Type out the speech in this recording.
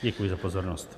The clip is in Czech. Děkuji za pozornost.